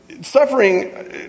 Suffering